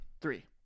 Three